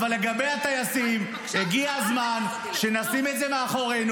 אולי נשאל את השר מה היה ב-7 באוקטובר?